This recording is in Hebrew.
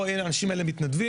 פה הנה אנשים האלה מתנדבים.